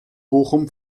bochum